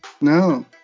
No